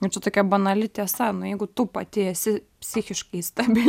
ir čia tokia banali tiesa nu jeigu tu pati esi psichiškai stabil